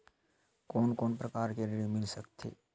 कोन कोन प्रकार के ऋण मिल सकथे?